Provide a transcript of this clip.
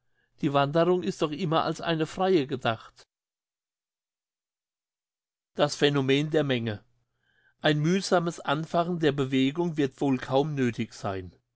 die wanderung ist doch immer als eine freie gedacht das phänomen der menge ein mühsames anfachen der bewegung wird wohl kaum nöthig sein